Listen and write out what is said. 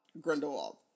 grindelwald